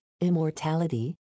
immortality